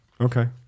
Okay